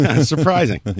Surprising